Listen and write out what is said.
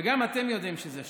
וגם אתם יודעים שזה שטויות.